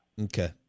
Okay